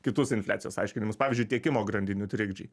kitus infliacijos aiškinimus pavyzdžiui tiekimo grandinių trikdžiai